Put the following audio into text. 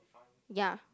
ya